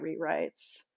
rewrites